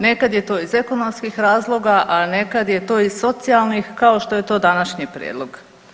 Nekad je to iz ekonomskih razloga, a nekada je to iz socijalnih kao što je to današnji prijedlog.